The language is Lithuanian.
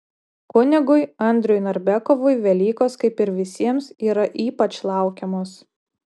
kunigui andriui narbekovui velykos kaip ir visiems yra ypač laukiamos